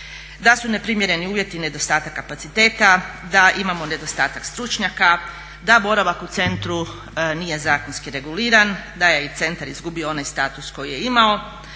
Da su neprimjereni uvjeti, nedostatak kapaciteta, da imamo nedostatak stručnjaka, da boravak u centru nije zakonski reguliran, da je i centar izgubio i onaj status koji je imao,